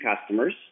customers